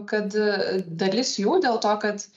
kad dalis jų dėl to kad